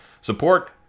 Support